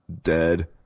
dead